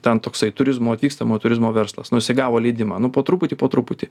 ten toksai turizmo atvykstamojo turizmo verslas nu jisai gavo liedimą po truputį po truputį